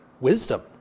wisdom